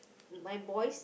my boy